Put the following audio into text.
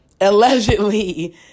allegedly